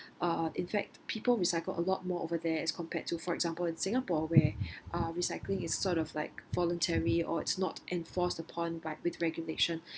uh in fact people recycle a lot more over there as compared to for example in singapore where uh recycling is sort of like voluntary or it's not enforced upon by with regulation